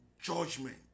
judgment